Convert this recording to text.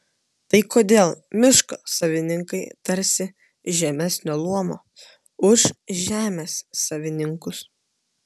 tai kodėl miško savininkai tarsi žemesnio luomo už žemės savininkus